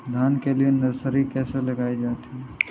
धान के लिए नर्सरी कैसे लगाई जाती है?